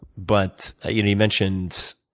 but you know you mentioned